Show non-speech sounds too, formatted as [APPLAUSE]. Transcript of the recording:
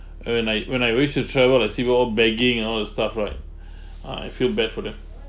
when I when I went to travel I see all begging and all the stuff right [BREATH] I feel bad for them